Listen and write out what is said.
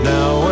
Now